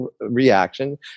reaction